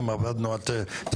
אנחנו גוף נפרד שבודק את זה בנוסף.